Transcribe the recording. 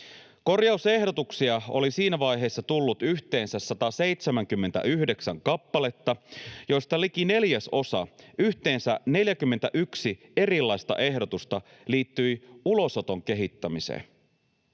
Korjausehdotuksia oli siinä vaiheessa tullut yhteensä 179 kappaletta, joista liki neljäsosa, yhteensä 41 erilaista ehdotusta, liittyi ulosoton kehittämiseen.